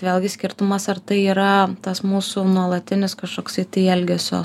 vėlgi skirtumas ar tai yra tas mūsų nuolatinis kažkoksai tai elgesio